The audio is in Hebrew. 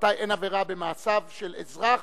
ומתי אין עבירה במעשיו של אזרח